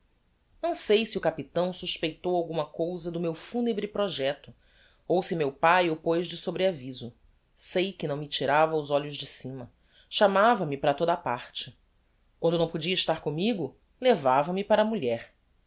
não sei se o capitão suspeitou alguma cousa do meu funebre projecto ou se meu pae o poz de sobreaviso sei que não me tirava os olhos de cima chamava-me para toda a parte quando não podia estar commigo levava me para a mulher